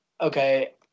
Okay